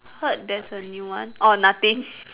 heard there's a new one oh nothing